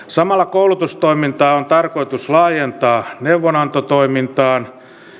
samalla koulutustoimintaa on tarkoitus laajentaa neuvonantotoimintaan